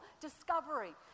discovery